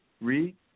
read